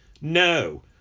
No